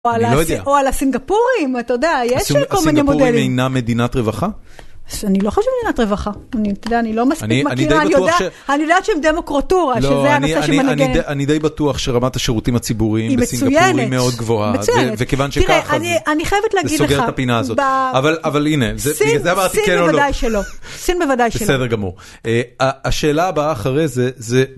אני לא יודע. או על הסינגפורים, אתה יודע, יש כל מיני מודלים. הסינגפורים אינה מדינת רווחה? אני לא חושבת שהם מדינת רווחה. אתה יודע, אני לא מספיק מכירה. אני די בטוח שהם. אני יודעת שהן דמוקרטורה, שזה הנושא שמנגן. אני די בטוח שרמת השירותים הציבוריים בסינגפורים. היא מצוינת. היא מאוד גבוהה, וכיוון שככה... תראה, אני חייבת להגיד לך. זה סוגר את הפינה הזאת. אבל הנה, סין בוודאי שלא, סין בוודאי שלא. בסדר גמור. השאלה הבאה אחרי זה,